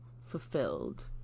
fulfilled